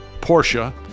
Porsche